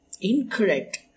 incorrect